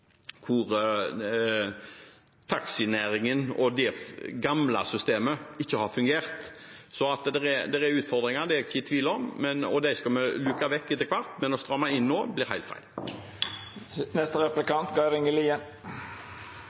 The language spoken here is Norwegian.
det gamle systemet for taxinæringen ikke fungerte. At det er utfordringer, er jeg ikke i tvil om – dem skal vi luke vekk etter hvert – men det blir helt feil å stramme inn nå.